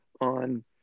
on